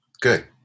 Good